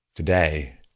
Today